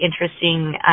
interesting